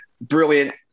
brilliant